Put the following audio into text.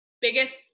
biggest